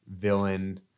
villain